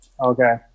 Okay